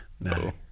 No